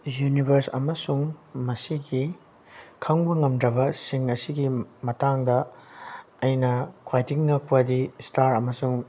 universe ꯑꯃꯁꯨꯡ ꯃꯁꯤꯒꯤ ꯈꯪꯕ ꯉꯝꯗ꯭ꯔꯕꯁꯤꯡ ꯑꯁꯤꯒꯤ ꯃꯇꯥꯡꯗ ꯑꯩꯅ ꯈ꯭ꯋꯥꯏꯗꯒꯤ ꯉꯛꯄꯗꯤ ꯏꯁꯇꯥꯔ ꯑꯃꯁꯨꯡ